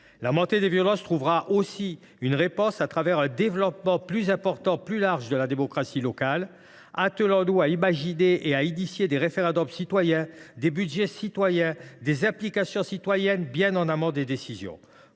La montée des violences trouvera aussi une réponse au travers d’un développement plus large de la démocratie locale. Attelons nous à imaginer et initier des référendums citoyens, des budgets citoyens, des implications citoyennes bien en amont des décisions.